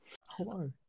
Hello